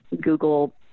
Google